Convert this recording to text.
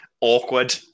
Awkward